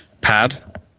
pad